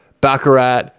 Baccarat